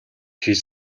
хийж